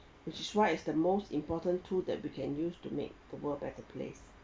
which is why it's the most important tool that we can use to make the world a better place